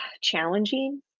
challenging